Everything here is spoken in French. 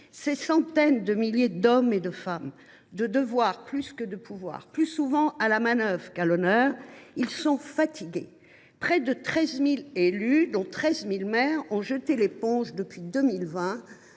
ces centaines de milliers d’hommes et de femmes de devoir plus que de pouvoir, plus souvent à la manœuvre qu’à l’honneur, sont fatigués. Près de 13 000 élus, parmi lesquels on dénombre 1 300 maires, ont jeté l’éponge depuis 2020,